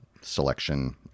selection